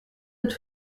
het